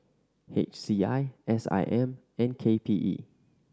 H C I S I M and K P E